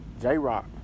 J-Rock